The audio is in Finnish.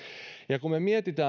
kysymykseen kun me mietimme